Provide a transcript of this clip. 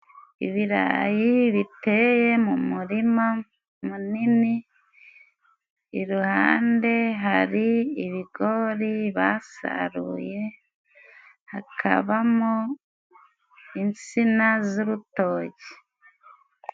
Ibirayi biteye mu murima munini, iruhande hari ibigori basaruye, hakabamo insina z'urutoki.